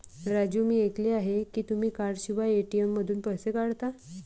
राजू मी ऐकले आहे की तुम्ही कार्डशिवाय ए.टी.एम मधून पैसे काढता